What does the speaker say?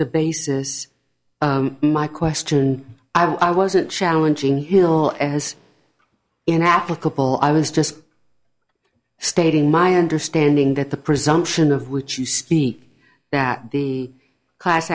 the basis my question i wasn't challenging hill as inapplicable i was just stating my understanding that the presumption of which you speak that the class